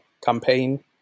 campaign